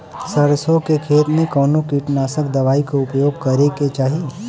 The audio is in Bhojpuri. सरसों के खेत में कवने कीटनाशक दवाई क उपयोग करे के चाही?